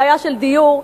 בעיה של דיור,